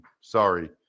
Sorry